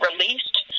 released